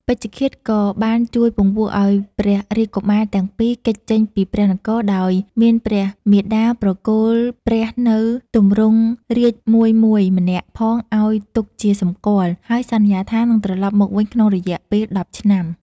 ពេជ្ឈឃាតក៏បានជួយពង្វក់ឱ្យព្រះរាជកុមារទាំងពីរគេចចេញពីព្រះនគរ ដោយមានព្រះមាតាប្រគល់ព្រះនូវទម្រង់រាជ្យមួយៗ ម្នាក់ផងឱ្យទុកជាសម្គាល់ ហើយសន្យាថានឹងត្រឡប់មកវិញក្នុងរយៈពេល ១០ ឆ្នាំ។